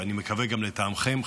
ואני מקווה שגם לטעמכם,